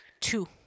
Two